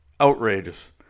outrageous